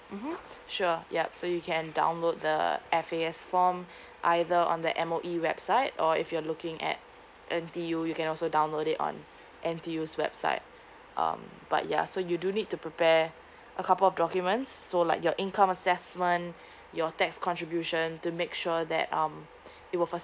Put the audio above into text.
mmhmm sure yup so you can download the F_A_S form either on the M_O_E website or if you're looking at N_T_U you can also download it on N_T_U website um but ya so you do need to prepare a couple of documents so like your income assessment your tax contribution to make sure that um it will first